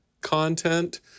content